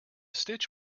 stitch